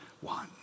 one